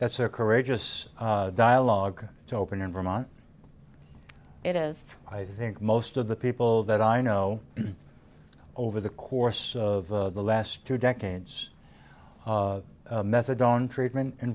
that's a courageous dialogue to open in vermont it is i think most of the people that i know over the course of the last two decades methadone treatment in